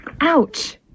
Ouch